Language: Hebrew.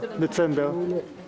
בדצמבר